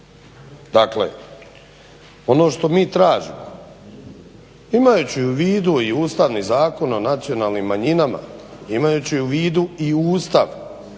Dakle ono što mi tražimo imajući u vidu i Ustavni zakon o nacionalnim manjinama, imajući u vidu i Ustav